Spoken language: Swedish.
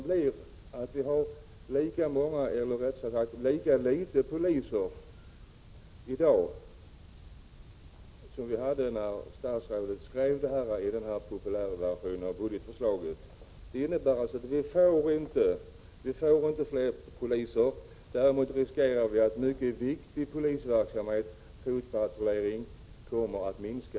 Söderhamns kommun är, liksom hela Gävleborgs län, hårt pressad av arbetslöshet och nya varsel. Anser statsrådet att även regeringen har ansvar för sysselsättningen i ett län och på vilket sätt vill statsrådet i så fall medverka till att förbättra sysselsättningen?